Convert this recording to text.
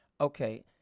Okay